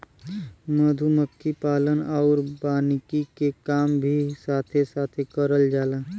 मधुमक्खी पालन आउर वानिकी के काम भी साथे साथे करल जाला